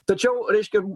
tačiau reiškia